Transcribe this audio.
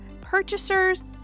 purchasers